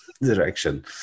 direction